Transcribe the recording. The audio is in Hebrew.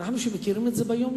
אנחנו שמכירים את זה ביום-יום,